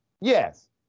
yes